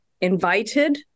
invited